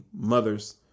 mothers